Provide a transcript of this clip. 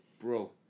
bro